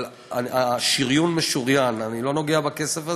אבל השריון משוריין, אני לא נוגע בכסף הזה,